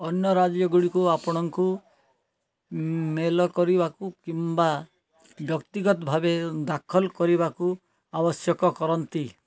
ଅନ୍ୟ ରାଜ୍ୟଗୁଡ଼ିକୁ ଆପଣଙ୍କୁ ମେଲ୍ କରିବାକୁ କିମ୍ବା ବ୍ୟକ୍ତିଗତ ଭାବେ ଦାଖଲ କରିବାକୁ ଆବଶ୍ୟକ କରନ୍ତି